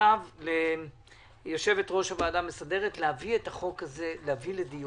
במכתב ליושבת-ראש הוועדה המסדרת להביא את החוק הזה לדיון.